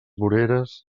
voreres